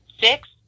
six